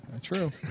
true